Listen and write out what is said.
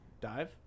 Dive